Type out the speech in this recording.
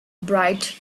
bright